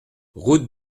route